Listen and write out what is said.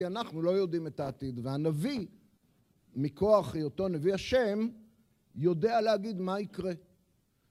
כי אנחנו לא יודעים את העתיד, והנביא מכוח היותו נביא השם, יודע להגיד מה יקרה.